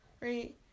right